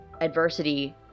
adversity